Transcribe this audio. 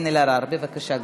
תודה.